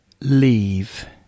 leave